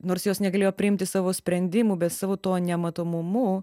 nors jos negalėjo priimti savo sprendimų bet savo tuo nematomumu